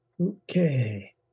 Okay